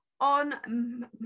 on